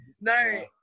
no